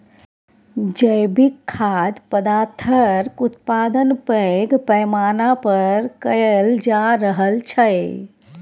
जैविक खाद्य पदार्थक उत्पादन पैघ पैमाना पर कएल जा रहल छै